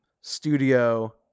studio